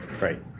Right